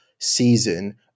season